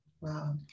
Wow